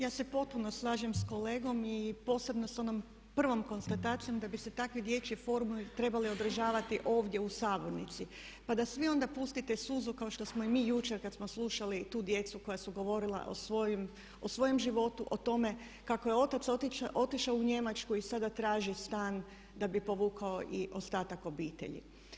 Ja se potpuno slažem sa kolegom i posebno s onom prvom konstatacijom da bi se takvi dječji forumi trebali održavati ovdje u sabornici, pa da svi onda pustite suzu kao što smo i mi jučer kad smo slušali tu djecu koja su govorila o svojem životu, o tome kako je otac otišao u Njemačku i sada traži stan da bi povukao i ostatak obitelji.